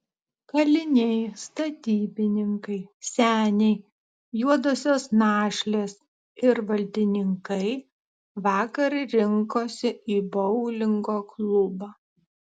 kaliniai statybininkai seniai juodosios našlės ir valdininkai vakar rinkosi į boulingo klubą